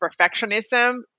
perfectionism